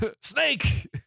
Snake